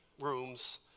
rooms